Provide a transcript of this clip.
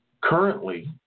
Currently